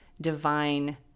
divine